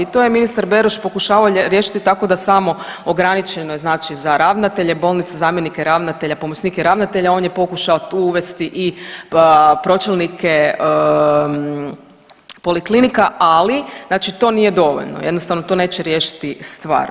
To je ministar Beroš pokušavao riješiti tako da samo, ograničeno je znači za ravnatelje, bolnice, zamjenike ravnatelja, pomoćnike ravnatelja, on je pokušao tu uvesti i pročelnike poliklinika, ali znači to nije dovoljno, jednostavno to neće riješiti stvar.